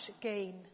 gain